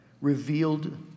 revealed